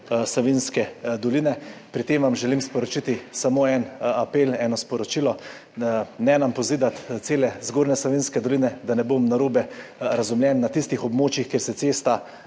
Savinjske doline. Pri tem vam želim sporočiti samo en apel, eno sporočilo, ne nam pozidati cele Zgornje Savinjske doline. Da ne bom narobe razumljen, na tistih območjih, kjer se cesta